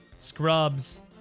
scrubs